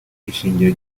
ishingiro